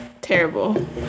terrible